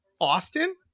Austin